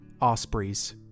Ospreys